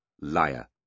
liar